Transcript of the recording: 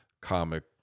comic